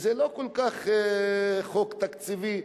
וזה לא כל כך חוק תקציבי.